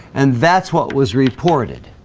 and that's what was reported